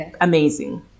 amazing